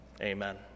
Amen